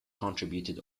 contributed